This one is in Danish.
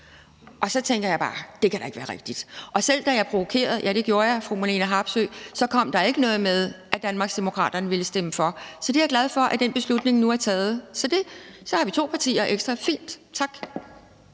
og så tænker jeg bare: Det kan da ikke være rigtigt. Selv da jeg provokerede – for det gjorde jeg – fru Marlene Harpsøe, kom der ikke noget svar om, at Danmarksdemokraterne ville stemme for. Så jeg er glad for, at den beslutning nu er taget. Så er vi to partier ekstra. Det